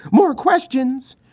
more questions.